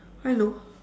I know